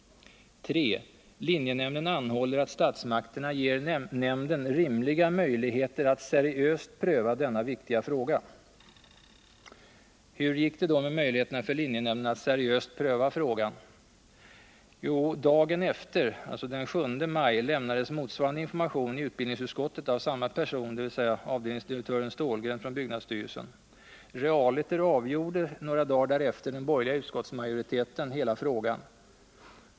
3. Linjenämnden anhåller att statsmakterna ger nämnden rimlig möjlighet att seriöst pröva denna viktiga fråga.” ” Hur gick det då med möjligheterna för linjenämnden att seriöst pröva frågan? Jo, dagen efter, den 7 maj, lämnas motsvarande information i utbildningsutskottet av samma person, dvs. avdelningsdirektören Ståhlgren från byggnadsstyrelsen. Realiter avgjorde några dagar därefter den borgerliga utskottsmajoriteten hela frågan.